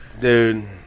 dude